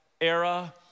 era